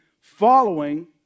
following